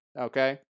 okay